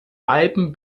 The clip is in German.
alpen